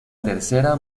tercera